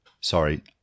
Sorry